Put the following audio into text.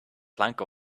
plank